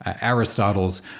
Aristotle's